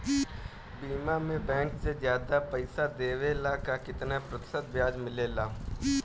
बीमा में बैंक से ज्यादा पइसा देवेला का कितना प्रतिशत ब्याज मिलेला?